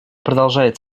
продолжает